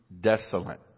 desolate